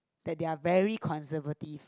that they are very conservative